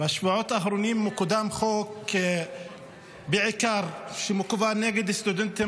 בשבועות האחרונים מקודם חוק שמכוון בעיקר נגד סטודנטים